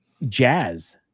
Jazz